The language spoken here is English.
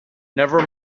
never